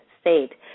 state